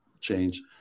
change